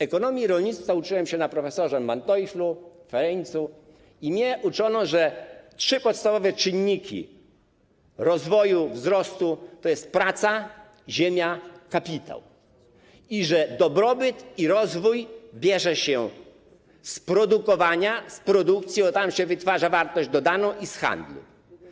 Ekonomii rolnictwa uczyłem się od prof. Manteuffela, Fereńca i mnie uczono, że trzy podstawowe czynniki rozwoju, wzrostu to: praca, ziemia, kapitał, i że dobrobyt i rozwój biorą się z produkowania, produkcji, bo tam się wytwarza wartość dodaną, i z handlu.